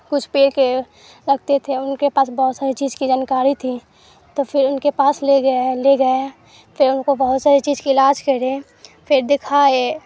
کچھ پیڑ کے رکھتے تھے ان کے پاس بہت ساری چیز کی جانکاری تھی تو پھر ان کے پاس لے گیا لے گئے پھر ان کو بہت ساری چیز کی علاج کرے پھر دکھائے